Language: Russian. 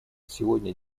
сегодня